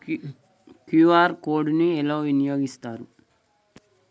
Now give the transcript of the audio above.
QR code ని ఎలా వినియోగిస్తారు?